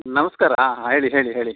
ನಮಸ್ಕಾರ ಹಾಂ ಹೇಳಿ ಹೇಳಿ ಹೇಳಿ